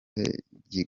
kigayitse